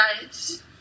guys